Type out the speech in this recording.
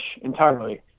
entirely